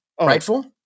Rightful